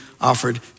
offered